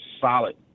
solid